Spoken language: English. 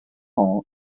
hall